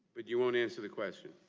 but you will not answer the question.